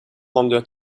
longer